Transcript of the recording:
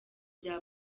bya